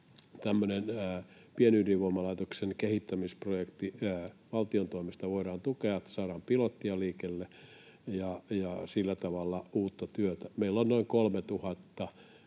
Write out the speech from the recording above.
pienydinvoimalaitoksen kehittämisprojektia valtion toimesta voidaan tukea, että saadaan pilottia liikkeelle ja sillä tavalla uutta työtä? Meillä on noin 3 000